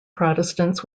protestants